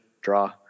draw